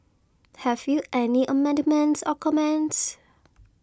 have you any amendments or comments